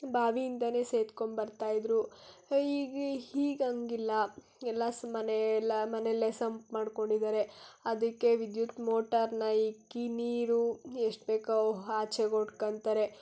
ಬಾವಿಯಿಂದಲೇ ಸೇದ್ಕೊಂಡ್ಬರ್ತಾ ಇದ್ದರು ಈಗ ಈಗ ಹಂಗಿಲ್ಲ ಎಲ್ಲ ಸ್ ಮನೆ ಎಲ್ಲ ಮನೇಲ್ಲೇ ಸಂಪ್ ಮಾಡ್ಕೊಂಡಿದ್ದಾರೆ ಅದಕ್ಕೆ ವಿದ್ಯುತ್ ಮೋಟಾರನ್ನ ಇಕ್ಕಿ ನೀರು ಎಷ್ಟು ಬೇಕೋ ಆಚೆಗ್ ಹೊಡ್ಕಂತಾರೆ